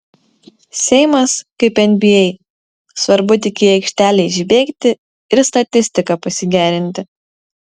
seimas kaip nba svarbu tik į aikštelę išbėgti ir statistiką pasigerinti